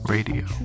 Radio